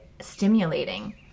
stimulating